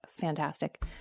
fantastic